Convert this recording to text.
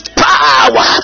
power